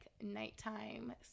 nighttime